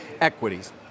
equities